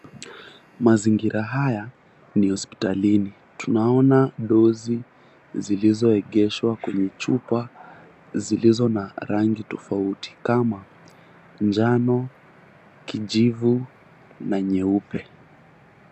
Mazingira haya ni hospitalini. Tunaona dose zillizoegeshwa kwenye chupa, zilizo na rangi tofauti kama; njano, kijivu na nyeupe.